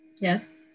yes